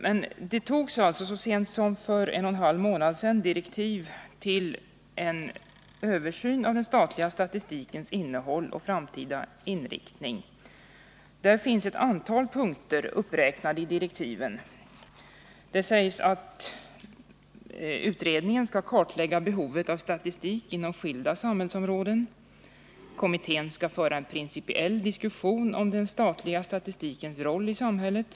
Men så sent som för en och en halv månad sedan utfärdades direktiv för en översyn av den statliga statistikens innehåll och framtida inriktning. I direktiven är ett antal punkter uppräknade. Det sägs att utredningen skall kartlägga behovet av statistik inom skilda samhällsområden. Kommittén skall också föra en principiell diskussion om den statliga statistikens roll i samhället.